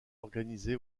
organisé